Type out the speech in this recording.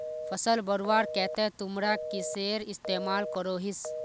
फसल बढ़वार केते तुमरा किसेर इस्तेमाल करोहिस?